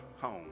home